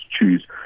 choose